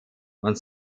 und